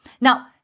Now